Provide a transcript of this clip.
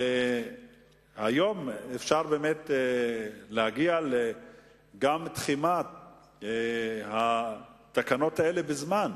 היום אפשר באמת להגיע גם לתחימת התקנות האלה בזמן,